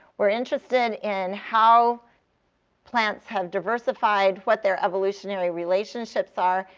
we're interested in how plants have diversified, what their evolutionary relationships are,